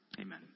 Amen